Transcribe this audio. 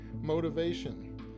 motivation